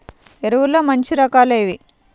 ఎరువుల్లో మంచి రకాలు ఏవి?